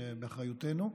שבאחריותנו.